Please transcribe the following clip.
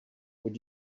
would